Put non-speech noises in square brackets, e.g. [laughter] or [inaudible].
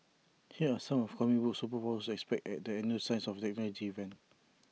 here are some of comic book superpowers to expect at the annual science and technology event [noise]